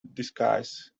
disguise